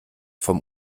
vom